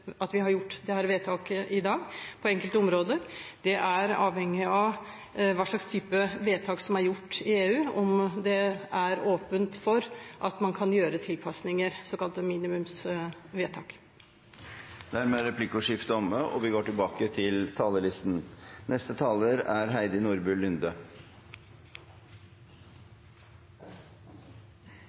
i dag har gjort dette vedtaket. Det er avhengig av hva slags type vedtak som er gjort i EU, om det er åpent for at man kan gjøre tilpasninger, såkalte minimumsvedtak. Dermed er replikkordskiftet omme.